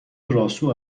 راسو